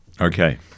Okay